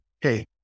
hey